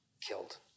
killed